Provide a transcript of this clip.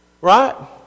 Right